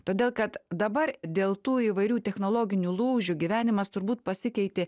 todėl kad dabar dėl tų įvairių technologinių lūžių gyvenimas turbūt pasikeitė